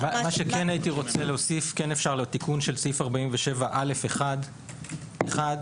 לגבי סעיף 47א1(1),